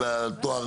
תקינות